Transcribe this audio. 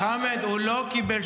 חמד, הוא לא קיבל.